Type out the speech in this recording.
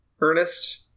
Ernest